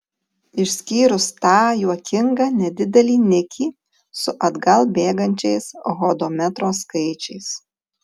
išskyrus tą juokingą nedidelį nikį su atgal bėgančiais hodometro skaičiais